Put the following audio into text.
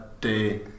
day